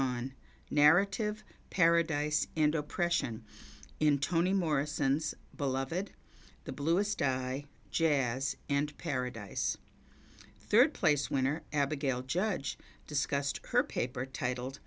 on narrative paradise and oppression in toni morrison's beloved the bluest eye jazz and paradise third place winner abigail judge discussed her paper titled